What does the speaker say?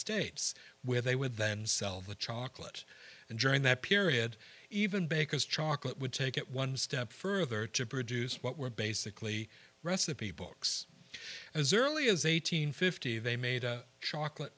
states where they would then sell the chocolate and during that period even bakers chocolate would take it one step further to produce what were basically recipe books as early as eight hundred and fifty dollars they made a chocolat